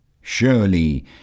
Surely